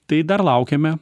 tai dar laukiame